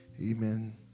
Amen